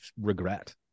regret